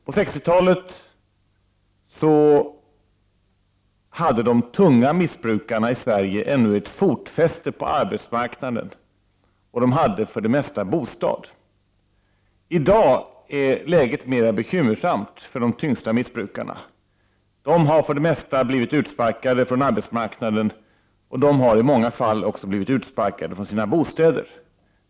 På 60-talet hade de tunga missbrukarna i Sverige ännu ett fotfäste på arbetsmarknaden. De hade bostad för det mesta. I dag är läget mera bekymmersamt för de tyngsta missbrukarna. De har för det mesta blivit utsparkade från arbetsmarknaden, och de har i många fall också blivit utsparkade från sina bostäder.